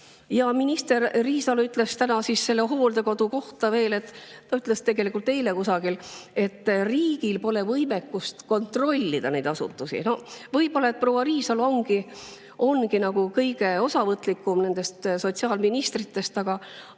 Ja minister Riisalo ütles täna hooldekodu kohta veel – ta ütles seda tegelikult eile kusagil –, et riigil pole võimekust kontrollida neid asutusi. Võib-olla proua Riisalo ongi kõige osavõtlikum nendest sotsiaalministritest. Aga